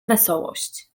wesołość